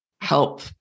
help